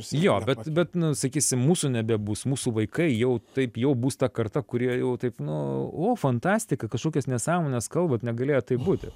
jo bet bet nu sakysim mūsų nebebus mūsų vaikai jau taip jau bus ta karta kurie jau taip nu o fantastika kažkokias nesąmones kalbat negalėjo taip būti